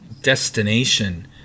destination